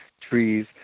trees